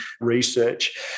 research